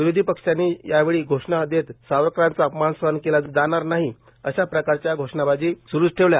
विरोधी पक्षांनी यावेळी घोषणा देत सावरकारांचा अपमान सहन केला जाणार नाही अश्या प्रकारच्या घोषणाबाजी स्रूच ठेवल्या